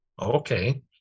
Okay